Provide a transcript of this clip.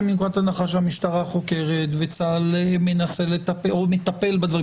מנקודת הנחה שהמשטרה חוקרת וצה"ל מטפל בדברים